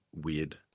weird